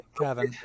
Kevin